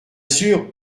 sûr